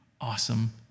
awesome